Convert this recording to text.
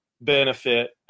benefit